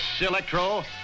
Electro